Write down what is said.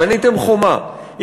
בניתם חומה,